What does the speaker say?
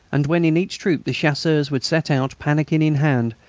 and when in each troop the chasseurs would set out, pannikin in hand,